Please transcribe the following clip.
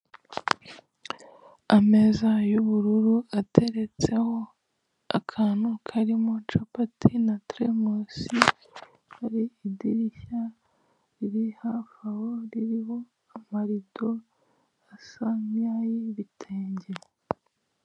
Ameza y'ubururu ateretseho akantu karimo capati na teremusi, hari idirishya riri hafi aho ririho amarido asa n'ay'ibitenge.